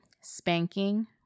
spanking